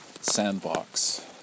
Sandbox